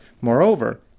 Moreover